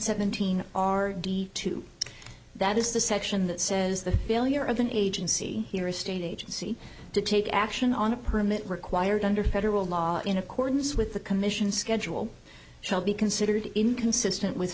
seventeen r d two that is the section that says the failure of an agency here a state agency to take action on a permit required under federal law in accordance with the commission schedule shall be considered inconsistent with